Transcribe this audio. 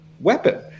weapon